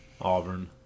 Auburn